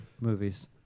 movies